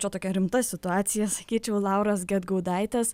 čia tokia rimta situacija sakyčiau lauros gedgaudaitės